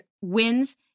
wins